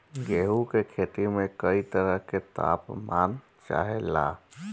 गेहू की खेती में कयी तरह के ताप मान चाहे ला